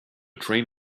train